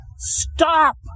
Stop